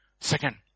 Second